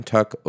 Tuck